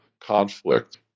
conflict